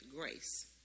grace